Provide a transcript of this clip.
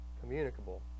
communicable